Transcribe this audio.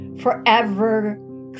forever